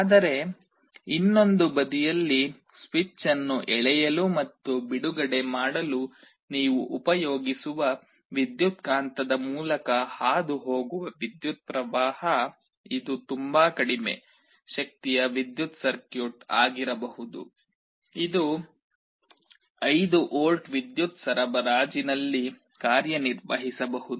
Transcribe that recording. ಆದರೆ ಇನ್ನೊಂದು ಬದಿಯಲ್ಲಿ ಸ್ವಿಚ್ ಅನ್ನು ಎಳೆಯಲು ಮತ್ತು ಬಿಡುಗಡೆ ಮಾಡಲು ನೀವು ಉಪಯೋಗಿಸುವ ವಿದ್ಯುತ್ಕಾಂತದ ಮೂಲಕ ಹಾದುಹೋಗುವ ವಿದ್ಯುತ್ ಪ್ರವಾಹ ಇದು ತುಂಬಾ ಕಡಿಮೆ ಶಕ್ತಿಯ ವಿದ್ಯುತ್ ಸರ್ಕ್ಯೂಟ್ ಆಗಿರಬಹುದು ಇದು 5 ವೋಲ್ಟ್ ವಿದ್ಯುತ್ ಸರಬರಾಜಿನಲ್ಲಿ ಕಾರ್ಯನಿರ್ವಹಿಸಬಹುದು